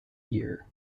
year